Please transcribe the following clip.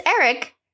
eric